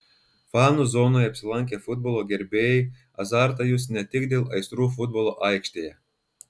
fanų zonoje apsilankę futbolo gerbėjai azartą jus ne tik dėl aistrų futbolo aikštėje